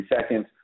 seconds